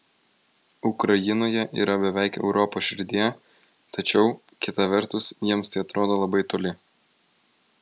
ukrainoje yra beveik europos širdyje tačiau kita vertus jiems tai atrodo labai toli